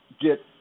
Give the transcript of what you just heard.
get